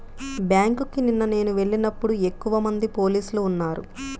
బ్యేంకుకి నిన్న నేను వెళ్ళినప్పుడు ఎక్కువమంది పోలీసులు ఉన్నారు